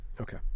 okay